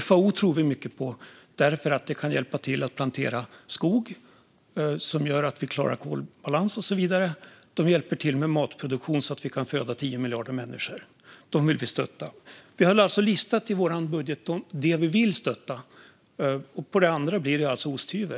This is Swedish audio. FAO tror vi mycket på därför att de kan hjälpa till att plantera skog, vilket gör att vi klarar kolbalans och så vidare. De hjälper till med matproduktion så att vi kan föda 10 miljarder människor. Dem vill vi stötta. Vi har i vår budget listat det vi vill stötta, och när det gäller det andra blir det alltså osthyvel.